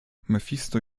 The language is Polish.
mefisto